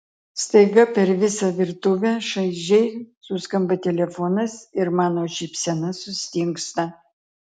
staiga per visą virtuvę šaižiai suskamba telefonas ir mano šypsena sustingsta